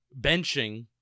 benching